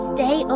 Stay